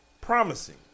Promising